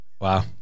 wow